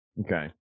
Okay